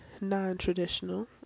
non-traditional